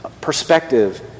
perspective